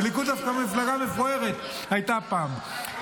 --- הליכוד דווקא מפלגה מפוארת הייתה פעם.